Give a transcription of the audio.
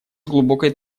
глубокой